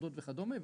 חרדות וכדומה,